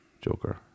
joker